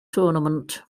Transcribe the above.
tournament